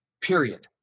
period